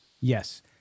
Yes